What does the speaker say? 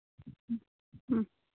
ᱦᱩᱸ ᱦᱩᱸ